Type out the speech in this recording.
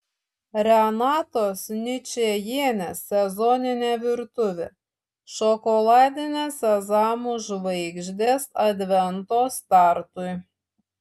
renatos ničajienės sezoninė virtuvė šokoladinės sezamų žvaigždės advento startui